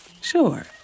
Sure